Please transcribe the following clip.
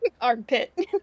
Armpit